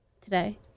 today